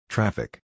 Traffic